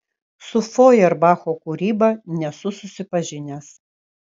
su fojerbacho kūryba nesu susipažinęs